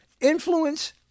influence